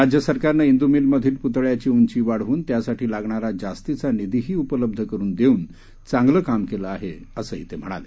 राज्य सरकारनं इंदुमिल मधील पुतळ्याची उंची वाढवून त्यासाठी लागणारा जास्तीचा निधी ही उपलब्ध करून देऊन चांगलं काम केलं आहे असंही ते म्हणाले